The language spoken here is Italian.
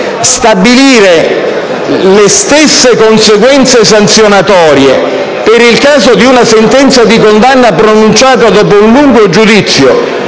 Stabilire le stesse conseguenze sanzionatorie per il caso di una sentenza di condanna pronunciata dopo un lungo giudizio